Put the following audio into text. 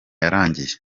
yarangiye